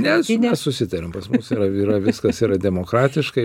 ne mes susitariam pas mus yra yra viskas yra demokratiškai